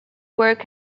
work